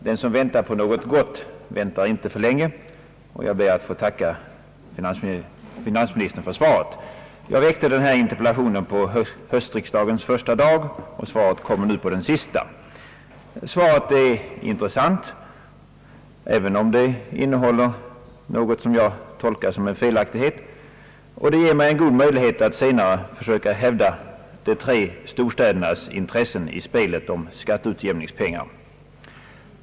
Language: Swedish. Herr talman! Jag ber att få tacka finansministern för svaret. Den som väntar på något gott väntar aldrig för länge. Denna höstriksdags första dag väckte jag en interpellation som besvarades nu på den sista dagen. Svaret är intressant, även om det innehåller något som jag tolkar som en felaktighet, och det ger mig möjlighet att senare försöka hävda de tre storstädernas intressen i spelet om skatteutjämningspengar.